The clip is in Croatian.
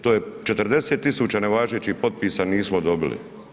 To je 40.000 nevažećij potpisa nismo dobili.